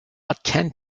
attend